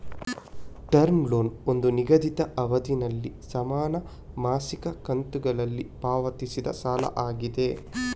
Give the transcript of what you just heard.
term loan ಒಂದು ನಿಗದಿತ ಅವಧಿನಲ್ಲಿ ಸಮಾನ ಮಾಸಿಕ ಕಂತುಗಳಲ್ಲಿ ಪಾವತಿಸಿದ ಸಾಲ ಆಗಿದೆ